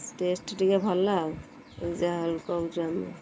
test ଟିକିଏ ଭଲ ଆଉ ଯାହାହେଲେ କହୁଛୁ ଆମେ